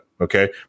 Okay